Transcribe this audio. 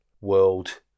world